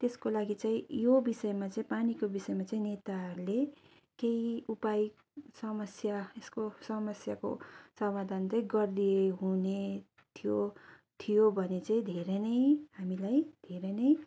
त्यसको लागि चाहिँ यो विषयमा चाहिँ पानीको विषयमा चाहिँ नेताहरूले केही उपाय समस्या यसको समस्याको समाधान चाहिँ गरिदिए हुने थियो थियो भने चाहिँ धेरै नै हामीलाई धेरै नै